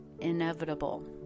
inevitable